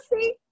see